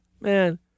Man